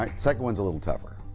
um second one is a little tougher.